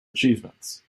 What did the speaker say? achievements